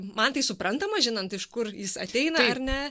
man tai suprantama žinant iš kur jis ateina ar ne